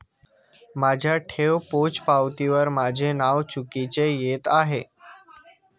माझ्या ठेव पोचपावतीवर माझे नाव चुकीचे येत आहे